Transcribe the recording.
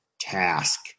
task